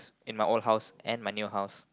in my old house and my new house